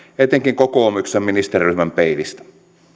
eteenkin kokoomuksen ministeriryhmän peilistä